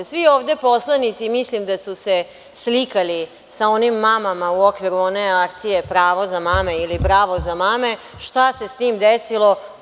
Svi ovde poslanici, mislim da su se slikali sa onim mamama u okviru one akcije – pravo za mame ili bravo za mame, šta se sa tim desilo?